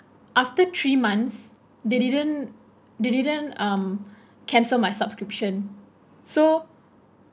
after three months they didn't they didn't um cancel my subscription so